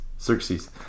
Xerxes